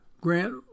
grant